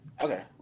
Okay